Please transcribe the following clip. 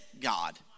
God